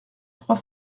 trois